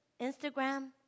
Instagram